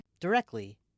directly